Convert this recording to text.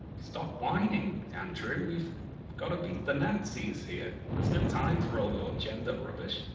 stop whining, andrew! we've gotta beat the nazis here. there's no time for all your gender rubbish.